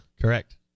Correct